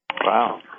Wow